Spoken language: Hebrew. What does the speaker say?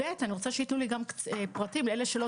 בנוסף אני רוצה לקבל פרטים לגבי אלה שלא